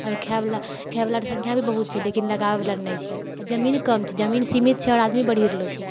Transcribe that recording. आओर खाइ बला खाइ बलाके सङ्ख्या भी बहुत छै लेकिन जमीन कम छै जमीन सीमित छै आओर आदमी बढ़ि रहलो छै